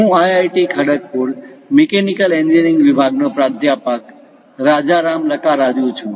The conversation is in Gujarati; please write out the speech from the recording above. હું આઇઆઇટી ખડગપુર મિકેનિકલ એન્જિનિયરિંગ વિભાગ નો પ્રાધ્યાપક રાજારામ લકારાજુ છું